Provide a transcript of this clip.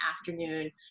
afternoon